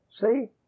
See